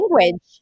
language